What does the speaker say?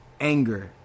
anger